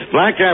Black